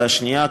והשנייה,